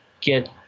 get